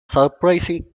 surprising